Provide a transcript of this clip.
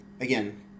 again